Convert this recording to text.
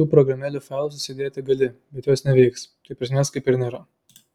tų programėlių failus susidėti gali bet jos neveiks tai prasmės kaip ir nėra